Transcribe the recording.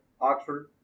Oxford